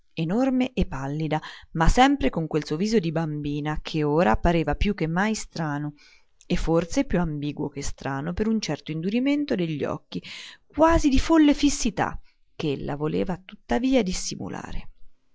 enorme e pallida ma sempre con quel suo viso di bambinona che ora pareva più che mai strano e forse più ambiguo che strano per un certo indurimento negli occhi quasi di folle fissità ch'ella voleva tuttavia